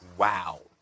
Wow